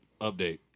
update